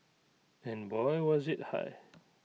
and boy was IT high